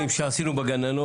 יש מודלים שעשינו בגננות.